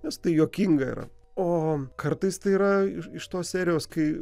nes tai juokinga yra o kartais tai yra ir iš tos serijos kai